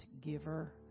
giver